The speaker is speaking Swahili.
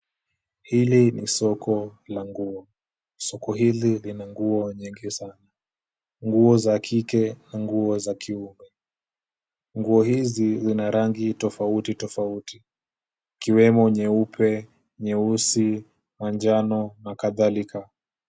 Hili ni soko la nguo. Soko hili lina nguo nyingi sana. Nguo za kike na nguo za kiume. Nguo hizi zina rangi tofauti tofauti ikiwemo nyeupe, nyeusi, manjano na kadhalika.